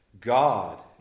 god